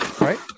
Right